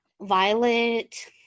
violet